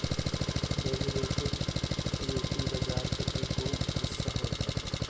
derivative, equity बाजार के एगो हिस्सा होत बाटे